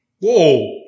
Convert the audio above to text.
Whoa